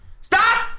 stop